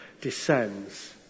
descends